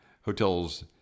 hotels